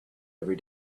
every